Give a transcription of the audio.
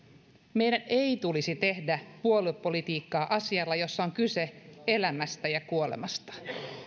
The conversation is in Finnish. meidän ei tulisi tehdä puoluepolitiikkaa asialla jossa on kyse elämästä ja kuolemasta